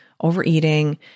Overeating